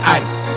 ice